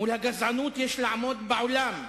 מול הגזענות יש לעמוד בעולם,